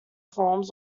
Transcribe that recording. forums